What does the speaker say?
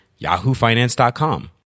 yahoofinance.com